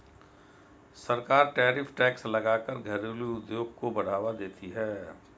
सरकार tariff tax लगा कर घरेलु उद्योग को बढ़ावा देती है